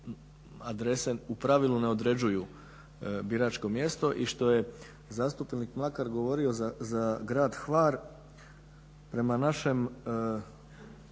u pravilu ne određuju biračko mjesto i što je zastupnik Mlakar govorio za grad Hvar, prema našem